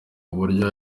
uburyo